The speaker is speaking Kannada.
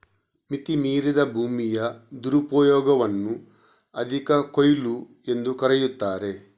ಮಿತಿ ಮೀರಿದ ಭೂಮಿಯ ದುರುಪಯೋಗವನ್ನು ಅಧಿಕ ಕೊಯ್ಲು ಎಂದೂ ಕರೆಯುತ್ತಾರೆ